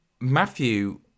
Matthew